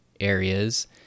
areas